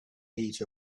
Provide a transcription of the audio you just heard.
heat